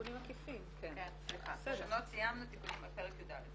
לעניין זה נטילה, כהגדרתה בסעיף 383ג(1)